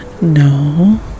No